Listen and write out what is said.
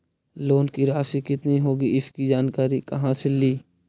Loan की रासि कितनी होगी इसकी जानकारी कहा से ली?